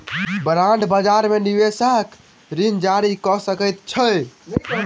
bond बजार में निवेशक ऋण जारी कअ सकैत अछि